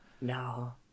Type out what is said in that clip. No